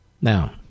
Now